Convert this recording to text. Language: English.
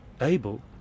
Abel